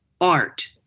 art